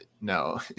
No